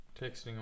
Texting